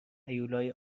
هیولای